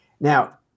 now